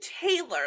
Taylor